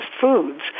foods